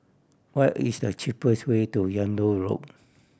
what is the cheapest way to Yung Loh Road